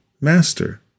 Master